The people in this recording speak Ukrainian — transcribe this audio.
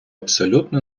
абсолютно